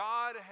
God